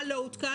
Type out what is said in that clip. מה לא הותקן: